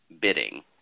bidding